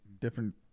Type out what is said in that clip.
different